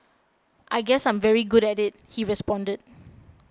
I guess I'm very good at it he responded